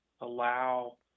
allow